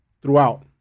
Throughout